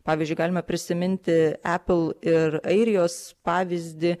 pavyzdžiui galime prisiminti apple ir airijos pavyzdį